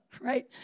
right